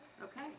Okay